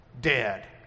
Dead